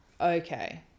Okay